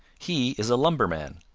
he is a lumberman,